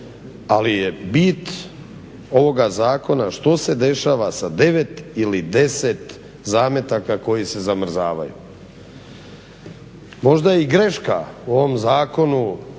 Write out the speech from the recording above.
ali je bit ovog zakona što se dešava sa 9 ili 10 zametaka koji se zamrzavaju. Možda je i greška u ovom zakonu